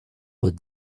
but